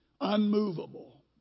unmovable